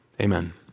amen